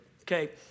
okay